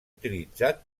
utilitzat